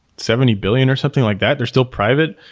seventy billion or something like that. they're still private.